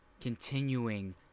continuing